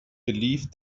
believed